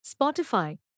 Spotify